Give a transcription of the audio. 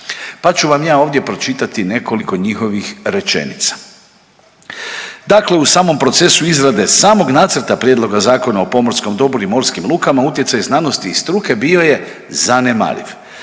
pa ću vam ja ovdje pročitati nekoliko njihovih rečenica. Dakle, u samom procesu izrade samog nacrta prijedloga Zakona o pomorskom dobru i morskim lukama, utjecaj znanosti i struke bio je zanemariv.